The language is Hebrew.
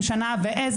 טוב, תודה, מאיר.